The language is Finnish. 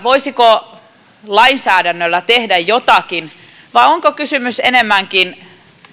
voisiko lainsäädännöllä tehdä jotakin vai onko kysymys enemmänkin